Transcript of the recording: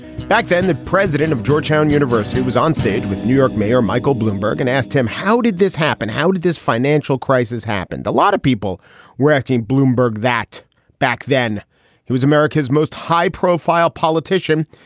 back then, the president of georgetown university was onstage with new york mayor michael bloomberg and asked him, how did this happen? how did this financial crisis happen? a lot of people were asking bloomberg that back then he was america's most high profile politician.